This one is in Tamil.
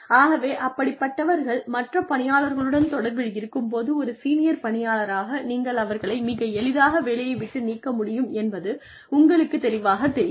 ஆகவே அப்படிப்பட்டவர்கள் மற்ற பணியாளர்களுடன் தொடர்பில் இருக்கும் போது ஒரு சீனியர் பணியாளராக நீங்கள் அவர்களை மிக எளிதாக வேலையை விட்டு நீக்க முடியும் என்பது உங்களுக்குத் தெளிவாகத் தெரியும்